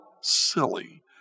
silly